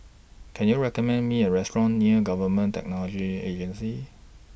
Can YOU recommend Me A Restaurant near Government Technology Agency